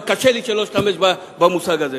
אבל קשה לי שלא להשתמש במושג הזה.